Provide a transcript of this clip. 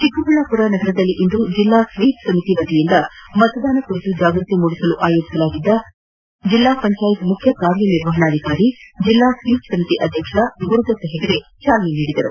ಚಿಕ್ಕಬಳ್ಳಾಪುರ ನಗರದಲ್ಲಿಂದು ಜಿಲ್ಲಾ ಸ್ವೀಪ್ ಸಮಿತಿ ವತಿಯಿಂದ ಮತದಾನ ಕುರಿತು ಜಾಗೃತಿ ಮೂಡಿಸಲು ಆಯೋಜಿಸಲಾಗಿದ್ದ ಬೈಕ್ರ್ಯಾಲಿಗೆ ಜಿಲ್ಲಾ ಪಂಚಾಯತ್ ಮುಖ್ಯ ಕಾರ್ಯನಿರ್ವಹಣಾಧಿಕಾರಿ ಜಿಲ್ಲಾ ಸ್ವೀಪ್ ಸಮಿತಿ ಅಧ್ಯಕ್ಷ ಗುರುದತ್ ಹೆಗಡೆ ಚಾಲನೆ ನೀಡಿದರು